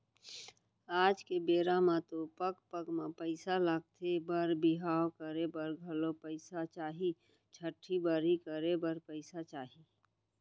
आज के बेरा म तो पग पग म पइसा लगथे बर बिहाव करे बर घलौ पइसा चाही, छठ्ठी बरही करे बर पइसा चाही